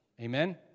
amen